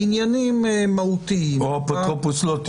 או אפוטרופוס לא טבעי.